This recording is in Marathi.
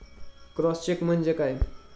क्रॉस चेक म्हणजे काय?